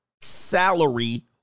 salary